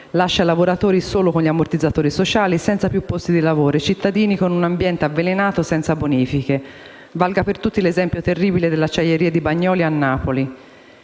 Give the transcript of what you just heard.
lascia i lavoratori solo con gli ammortizzatori sociali senza più posti di lavoro e i cittadini con un ambiente avvelenato senza bonifiche. Valga per tutti l'esempio terribile dell'acciaieria di Bagnoli a Napoli.